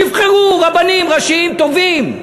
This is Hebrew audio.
נבחרו רבנים ראשיים טובים.